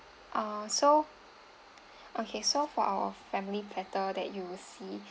ah so okay so for our family platter that you see